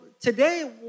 today